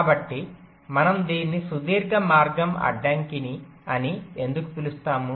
కాబట్టి మనం దీన్ని సుదీర్ఘ మార్గం అడ్డంకి అని ఎందుకు పిలుస్తాము